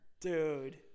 Dude